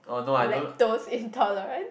lactose intolerant